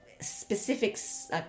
specifics